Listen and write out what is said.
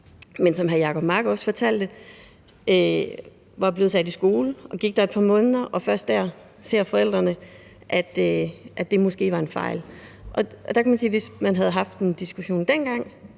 Men som hr. Jacob Mark også fortalte, var han blevet sat i skole og gik der et par måneder, og først dér så forældrene, at det måske var en fejl. Og der kan man sige, at hvis man havde haft en diskussion dengang